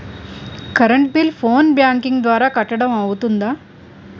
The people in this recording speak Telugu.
కరెంట్ బిల్లు ఫోన్ బ్యాంకింగ్ ద్వారా కట్టడం అవ్తుందా?